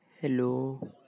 Hello